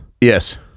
Yes